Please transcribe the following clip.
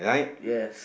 yes